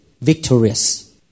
victorious